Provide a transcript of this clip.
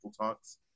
talks